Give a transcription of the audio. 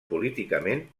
políticament